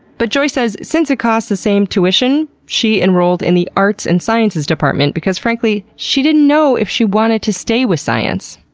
but joy says, since it costs the same tuition, she enrolled in the arts and sciences department because, frankly, she didn't know if she wanted to stay with science.